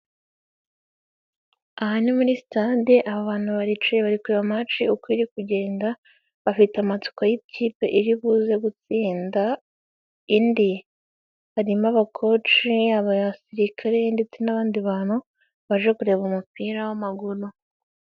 Aha ni muri stade, aba bantu baricaye bari kureba mache uko iri kugenda bafite amatsiko y'ikipe iri buze gutsinda, indi harimo abakozi yabayasirikare ndetse n'abandi bantu baje kureba umupira w'amaguru.